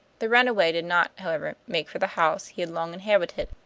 the runaway did not, however, make for the house he had long inhabited,